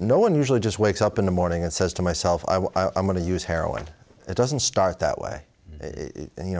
no one usually just wakes up in the morning and says to myself i was going to use heroin it doesn't start that way and you